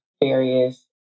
various